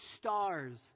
stars